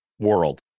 World